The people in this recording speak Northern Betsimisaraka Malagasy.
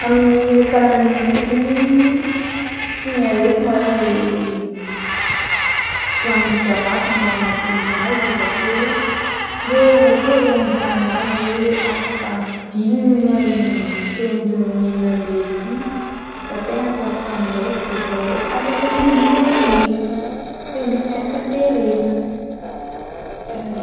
Amin'ny raha karaha regny ndraiky ediny, signaleko malô le mpanolo-tsakafo mbô hagnatony zaho izy avakeo de avake za magnotany azy hoe afaka ampidignina ma i feon-draha manonan'andre ty, fa tegna tsy afaka miresaka zahay, azafady ndrindra raha mety fa izy igny ndraiky tsy ankateregna, karahanjegny.